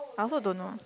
I also don't know